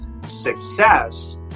success